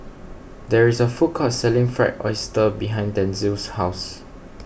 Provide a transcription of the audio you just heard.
there is a food court selling Fried Oyster behind Denzil's house